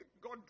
God